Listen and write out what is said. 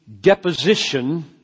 deposition